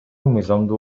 мыйзамдуу